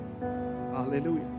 hallelujah